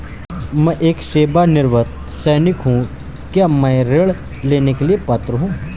मैं एक सेवानिवृत्त सैनिक हूँ क्या मैं ऋण लेने के लिए पात्र हूँ?